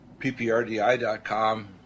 pprdi.com